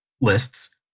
lists